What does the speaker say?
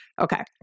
Okay